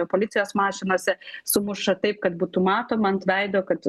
policijos mašinose sumuša taip kad būtų matoma ant veido kad